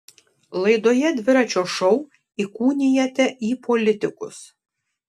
laidoje dviračio šou įkūnijate į politikus